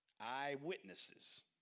Eyewitnesses